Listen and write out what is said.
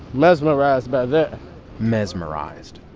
mesmerized by that mesmerized.